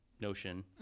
notion